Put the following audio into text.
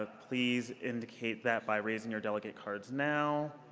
ah please indicate that by raising your delegate cards now.